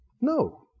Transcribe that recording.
No